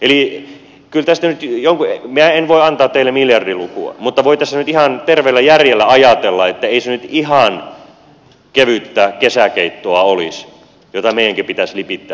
minä en voi antaa teille miljardilukua mutta voi tässä nyt ihan terveellä järjellä ajatella että ei se nyt ihan kevyttä kesäkeittoa olisi jota meidänkin pitäisi lipittää sen jälkeen